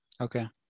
okay